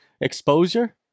exposure